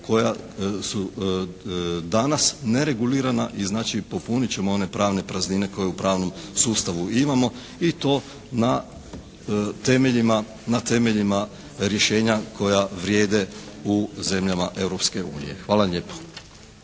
koja su danas neregulirana i znači popunit ćemo one pravne praznine koje u pravnom sustavu imamo i to na temeljima rješenja koja vrijede u zemljama Europske unije.